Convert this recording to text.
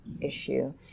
issue